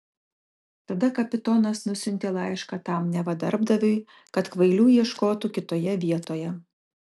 tada kapitonas nusiuntė laišką tam neva darbdaviui kad kvailių ieškotų kitoje vietoje